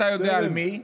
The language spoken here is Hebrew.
אתה יודע על מי,